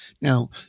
Now